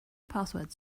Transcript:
passwords